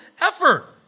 effort